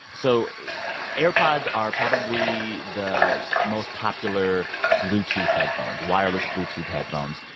so airpods are probably the most popular bluetooth headphones wireless bluetooth headphones.